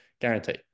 guarantee